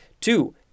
Two